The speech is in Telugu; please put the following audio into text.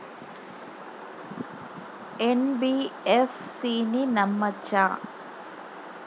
ఎన్.బి.ఎఫ్.సి ని నమ్మచ్చా?